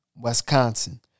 Wisconsin